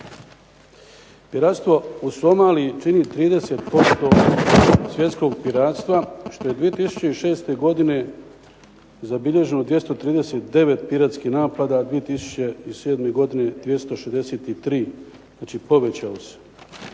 Piratstvo u Somaliji čini 30% svjetskog piratstva, što je 2006. godine zabilježeno 239 piratskih napada, 2007. godine 263, znači povećao se.